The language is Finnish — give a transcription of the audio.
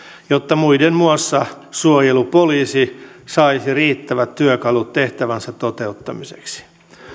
jotta muiden muassa suojelupoliisi saisi riittävät työkalut tehtävänsä toteuttamiseksi